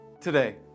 today